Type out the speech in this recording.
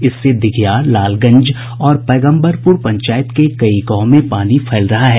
इससे दिघियार लालगंज और पैगम्बरपुर पंचायत के कई गावों में पानी फैल रहा है